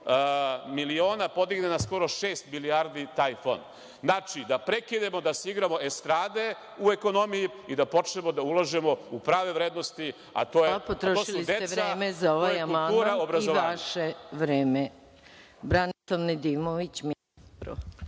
miliona podigne skoro šest milijardi taj fond. Znači, da prekinemo da se igramo estrade u ekonomiji i da počnemo da ulažemo u prave vrednosti, a to su deca, to je kultura, to je obrazovanje.